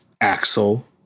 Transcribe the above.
Axel